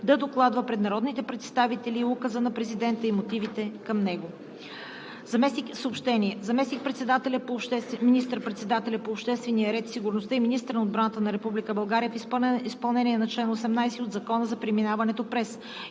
да докладва пред народните представители указа на президента и мотивите към него. Заместник министър-председателят по обществения ред и сигурността и министър на отбраната на Република България в изпълнение на чл. 18 от Закона за преминаването през